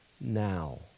now